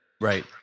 right